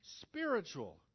spiritual